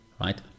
right